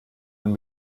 und